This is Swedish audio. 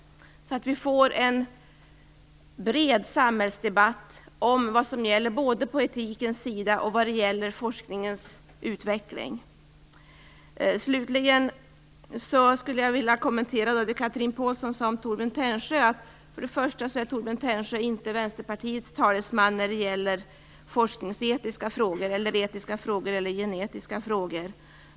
Då kan vi få en bred samhällsdebatt om vad som gäller i fråga om etiken och forskningens utveckling. Slutligen skulle jag vilja kommentera det som Chatrine Pålsson sade om Torbjörn Tännsjö. För det första är Torbjörn Tännsjö inte Vänsterpartiets talesman när det gäller forskningsetiska, etiska eller genetiska frågor.